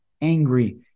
angry